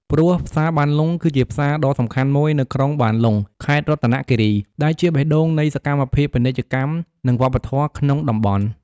ព្រោះផ្សារបានលុង គឺជាផ្សារដ៏សំខាន់មួយនៅក្រុងបានលុង ខេត្តរតនគិរី ដែលជាបេះដូងនៃសកម្មភាពពាណិជ្ជកម្ម និងវប្បធម៌ក្នុងតំបន់។